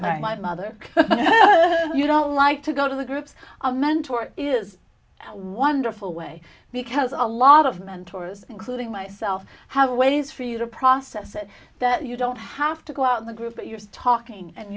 my mother you don't like to go to the groups a mentor is wonderful way because a lot of mentors including myself have ways for you to process it that you don't have to go out of the group but you're talking and